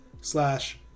slash